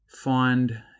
find